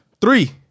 three